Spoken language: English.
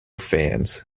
fans